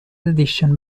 edition